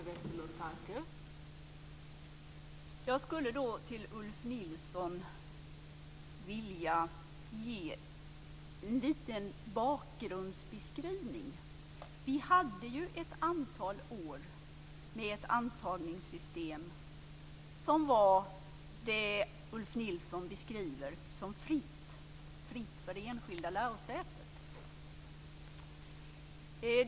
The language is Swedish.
Fru talman! Jag skulle vilja ge Ulf Nilsson en liten bakgrundsbeskrivning. Vi hade ju under ett antal år ett sådant antagningssystem som Ulf Nilsson beskriver som fritt för det enskilda lärosätet.